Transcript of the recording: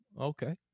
Okay